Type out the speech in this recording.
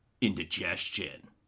indigestion